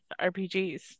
RPGs